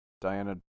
Diana